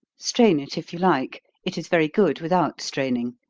strain it if you like it is very good without straining.